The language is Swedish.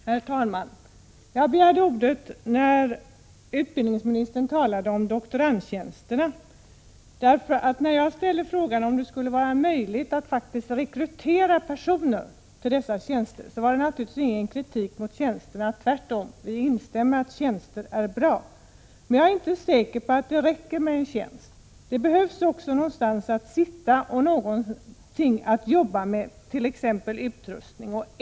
Herr talman! Jag begärde ordet när utbildningsministern talade om doktorandtjänsterna. När jag ställde frågan om det skulle vara möjligt att rekrytera personer till dessa tjänster, innebar det ingen kritik mot tjänsterna. Tvärtom, jag instämmer i att tjänsterna är bra, men jag är inte säker på att det räcker med att det finns en tjänst. Man måste ha någonstans att sitta och någonting att jobba med, t.ex. utrustning.